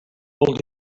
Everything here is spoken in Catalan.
molt